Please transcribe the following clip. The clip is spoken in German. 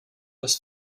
das